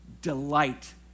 Delight